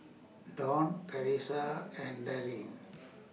Dawne Carissa and Darryn